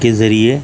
کے ذریعے